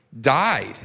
died